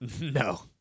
No